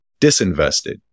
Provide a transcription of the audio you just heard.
disinvested